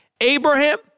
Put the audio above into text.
Abraham